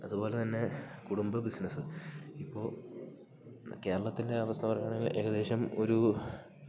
അതുപോലെത്തന്നെ കുടുംബ ബിസ്നസ്സ് ഇപ്പോൾ കേരളത്തിൻ്റെ അവസ്ഥ പറയുകയാണെങ്കിൽ ഏകദേശം ഒരു